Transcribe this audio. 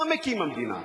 אתה מקים המדינה.